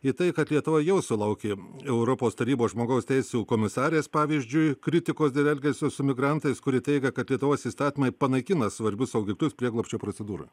į tai kad lietuva jau sulaukė europos tarybos žmogaus teisių komisarės pavyzdžiui kritikos dėl elgesio su migrantais kuri teigia kad lietuvos įstatymai panaikina svarbius saugiklius prieglobsčio procedūroj